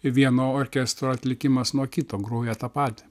vieno orkestro atlikimas nuo kito groja tą patį